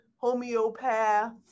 homeopath